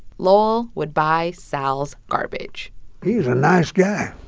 lowell would buy sal's garbage he's a nice guy.